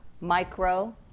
micro